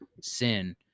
sin